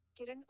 Kiran